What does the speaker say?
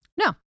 No